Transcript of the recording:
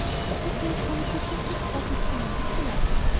you can call it your christmas present from me, if you like,